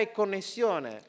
connessione